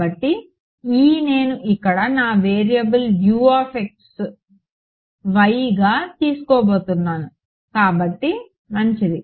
కాబట్టి E నేను ఇక్కడ నా వేరియబుల్ గా తీసుకోబోతున్నాను కాబట్టి మంచిది